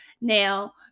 now